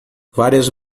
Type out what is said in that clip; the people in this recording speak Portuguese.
várias